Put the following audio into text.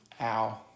ow